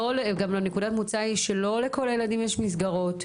נקודת המוצא היא שלא לכל הילדים יש מסגרות,